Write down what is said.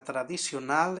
tradicional